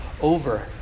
over